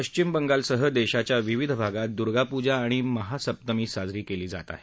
पश्चिम बंगालसह देशाच्या विविध भागात दूर्गापूजा आणि महासप्तमी साजरी केली जात आहे